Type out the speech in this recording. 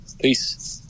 Peace